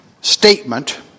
statement